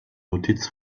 notiz